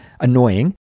annoying